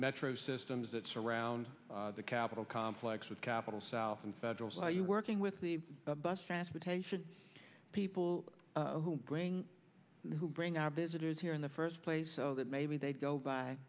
metro systems that surround the capitol complex with capital south and federal so you working with the bus transportation people who bring our visitors here in the first place so that maybe they go by